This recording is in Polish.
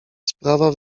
sprawa